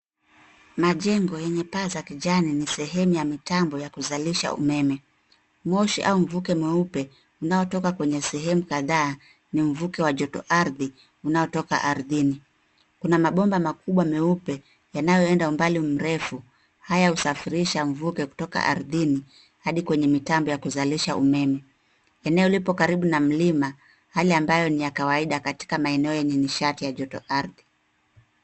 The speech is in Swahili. Majengo yenye paa za kijani ni sehemu ya mitambo ya kuzalisha umeme. Moshi au mvuke mweupe unaotoka kwenye sehemu kadhaa ni mvuke wa joto ardhi unaotoka ardhini. Kuna mabomba makubwa meupe yanayoenda umbali mrefu; haya husafirisha mvuke kutoka ardhini hadi kwenye mitambo ya kuzalisha umeme. Eneo lipo karibu na milima, hali ambayo ni ya kawaida katika maeneo yenye nishati ya joto ardhi.